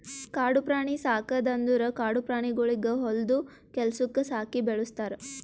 ಕಾಡು ಪ್ರಾಣಿ ಸಾಕದ್ ಅಂದುರ್ ಕಾಡು ಪ್ರಾಣಿಗೊಳಿಗ್ ಹೊಲ್ದು ಕೆಲಸುಕ್ ಸಾಕಿ ಬೆಳುಸ್ತಾರ್